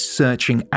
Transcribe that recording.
searching